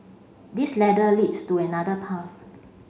this ladder leads to another path